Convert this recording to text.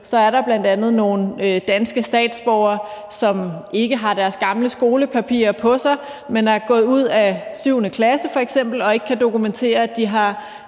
er der bl.a. nogle danske statsborgere, som ikke har deres gamle skolepapirer på sig, men er gået ud af 7. klasse f.eks. og ikke kan dokumentere, at de har